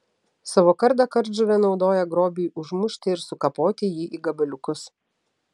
savo kardą kardžuvė naudoja grobiui užmušti ir sukapoti jį į gabaliukus